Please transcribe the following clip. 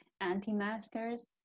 anti-maskers